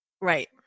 Right